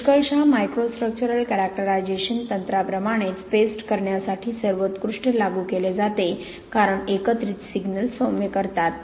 पुष्कळशा microstructural characterisation तंत्रांप्रमाणेच paste करण्यासाठी सर्वोत्कृष्ट लागू केले जाते कारण एकत्रित सिग्नल सौम्य करतात